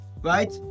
right